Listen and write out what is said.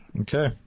Okay